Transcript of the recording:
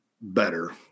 better